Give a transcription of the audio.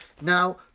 Now